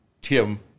Tim